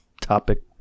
topic